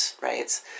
right